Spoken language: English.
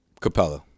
Capella